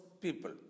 people